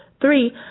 Three